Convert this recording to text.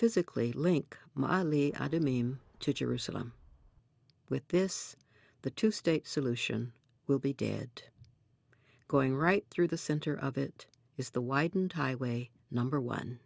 physically link miley i don't mean to jerusalem with this the two state solution will be dead going right through the center of it is the widened highway number one